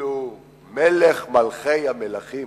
אפילו מלך מלכי המלכים,